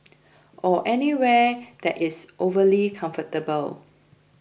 or anywhere that is overly comfortable